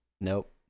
Nope